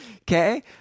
Okay